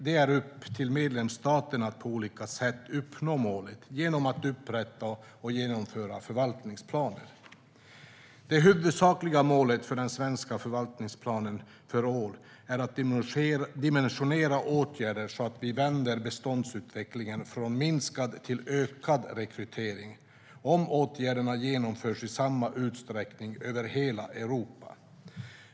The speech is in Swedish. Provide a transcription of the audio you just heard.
Det är upp till medlemsstaterna att på olika sätt uppnå målet genom att upprätta och genomföra förvaltningsplaner. Det huvudsakliga målet för den svenska förvaltningsplanen för ål är att dimensionera åtgärder så att vi vänder beståndsutvecklingen från minskande till ökande rekrytering om åtgärder genomförs i samma utsträckning över hela Europa.